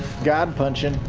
god punching.